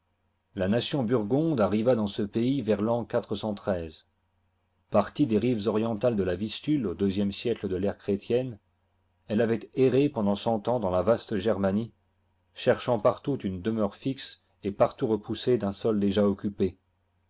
la nation burgonde arriva dans ce pays vers l'an partie des rives orientales de la vistulfr au ii siècle de l'ère chrétienne elle avait erré pendant cent ans dans la vaste germanie cherchant partout une demeure fixe et partout repoussée d'un sol déjà occupé